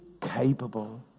capable